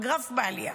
הגרף בעלייה.